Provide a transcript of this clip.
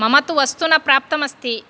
मम तु वस्तु न प्राप्तमस्ति